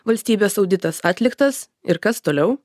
valstybės auditas atliktas ir kas toliau